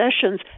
sessions